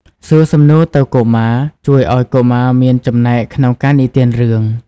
សួរសំណួរទៅកុមារ ជួយឱ្យកុមារមានចំណែកក្នុងការនិទានរឿង។